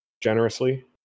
generously